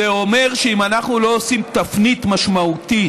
זה אומר שאם אנחנו לא עושים תפנית משמעותית